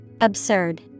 Absurd